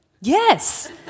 yes